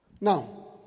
Now